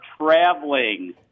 traveling